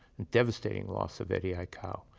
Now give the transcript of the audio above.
devastating loss of eddie aikau,